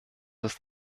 ist